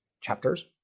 chapters